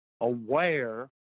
aware